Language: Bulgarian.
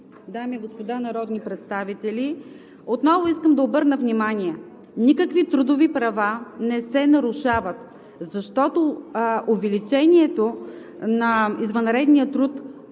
дами и господа народни представители! Отново искам да обърна внимание: никакви трудови права не се нарушават, защото увеличението на извънредния труд